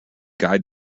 guide